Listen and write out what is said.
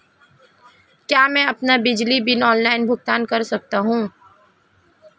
क्या मैं अपना बिजली बिल ऑनलाइन भुगतान कर सकता हूँ?